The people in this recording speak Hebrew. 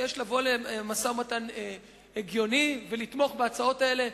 ויש לבוא למשא-ומתן הגיוני ולתמוך בהצעות האלה,